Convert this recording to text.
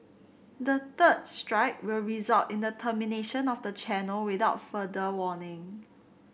the third strike will result in the termination of the channel without further warning